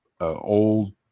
old